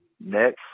next